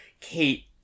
Kate